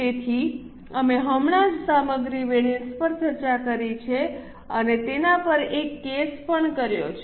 તેથી અમે હમણાં જ સામગ્રી વેરિએન્સ પર ચર્ચા કરી છે અને તેના પર એક કેસ પણ કર્યો છે